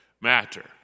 matter